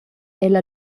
ella